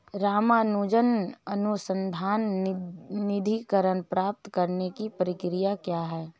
रामानुजन अनुसंधान निधीकरण प्राप्त करने की प्रक्रिया क्या है?